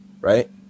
right